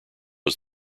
was